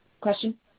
question